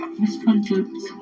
misconduct